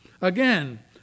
Again